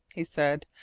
he said.